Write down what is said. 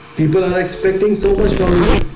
people are and expecting so much from you